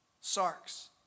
sarks